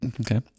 Okay